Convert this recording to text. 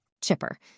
Chipper